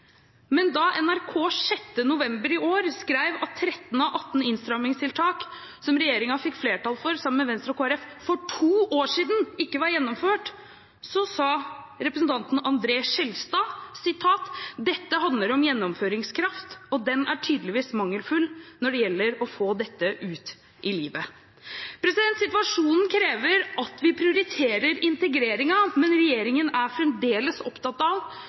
men da NRK den 6. november i år skrev at 13 av 18 innstrammingstiltak som regjeringen fikk flertall for, sammen med Venstre og Kristelig Folkeparti, for to år siden, ikke var gjennomført, så sa representanten André Skjelstad: «Dette handler om gjennomføringskraft, og den er tydeligvis mangelfull når det gjelder å få dette ut i livet.» Situasjonen krever at vi prioriterer integreringen, men regjeringen er fremdeles opptatt av